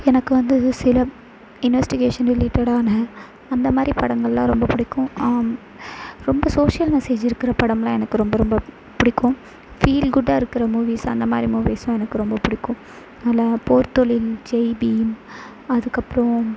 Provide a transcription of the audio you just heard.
எனக்கு வந்து சில இன்வெஸ்டிகேஷன் ரிலேட்டடான அந்த மாதிரி படங்களெலாம் ரொம்ப பிடிக்கும் ரொம்ப சோஷியல் மெசேஜ் இருக்கிற படமெலாம் எனக்கு ரொம்ப ரொம்ப பிடிக்கும் ஃபீல் குட்டாக இருக்கிற மூவிஸ் அந்த மாதிரி மூவிஸெலாம் எனக்கு ரொம்ப பிடிக்கும் அதில் போர் தொழில் ஜெய் பீம் அதுக்கப்புறம்